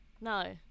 no